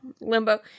Limbo